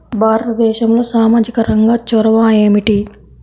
భారతదేశంలో సామాజిక రంగ చొరవ ఏమిటి?